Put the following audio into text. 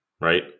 Right